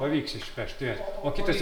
pavyks išpešti o kitas